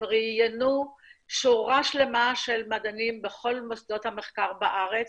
ראיינו שורת מדענים בכל מוסדות המחקר בארץ